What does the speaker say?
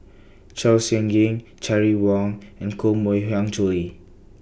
Chong Siew Ying Terry Wong and Koh Mui Hiang Julie